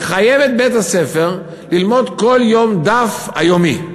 נחייב את בית-הספר ללמד כל יום את הדף היומי.